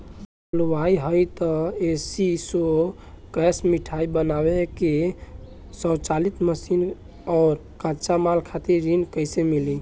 हम हलुवाई हईं त ए.सी शो कैशमिठाई बनावे के स्वचालित मशीन और कच्चा माल खातिर ऋण कइसे मिली?